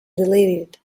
deleted